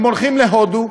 הם הולכים להודו,